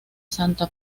santa